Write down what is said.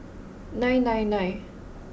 nine nine nine